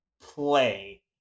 play